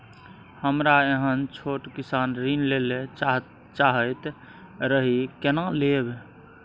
हमरा एहन छोट किसान ऋण लैले चाहैत रहि केना लेब?